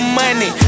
money